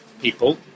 people